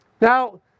Now